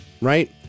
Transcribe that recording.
Right